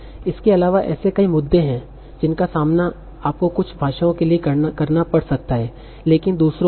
इसके अलावा ऐसे कई मुद्दे हैं जिनका सामना आपको कुछ भाषाओं के लिए करना पड़ सकता है लेकिन दूसरों को नहीं